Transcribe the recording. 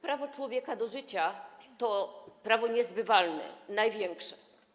Prawo człowieka do życia to prawo niezbywalne, największe.